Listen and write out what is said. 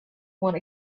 one